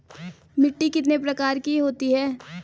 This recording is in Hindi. मिट्टी कितने प्रकार की होती है?